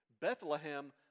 Bethlehem